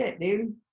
dude